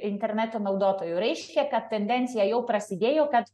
interneto naudotojų reiškia kad tendencija jau prasidėjo kad